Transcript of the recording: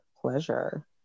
pleasure